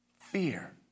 fear